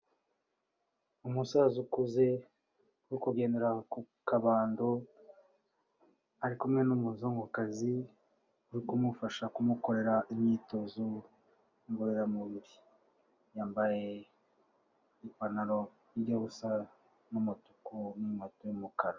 Umusaza ukuze uri kugendera ku kabando ari kumwe n'umuzungukazi uri kumufasha kumukorera imyitozo ngororamubiri, yambaye ipantaro ijya gusa n'umutuku n'inkweto y'umukara.